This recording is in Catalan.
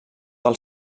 del